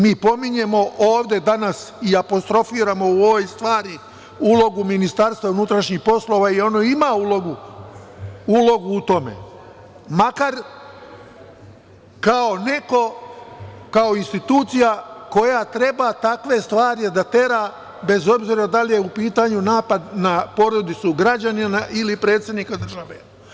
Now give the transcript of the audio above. Mi pominjemo ovde danas i apostrofiramo u ovoj stvari ulogu MUP-a, i ono ima ulogu u tome, makar kao neko, kao institucija koja treba takve stvari da tera bez obzira da li je u pitanju napad na porodicu, građanina ili predsednika države.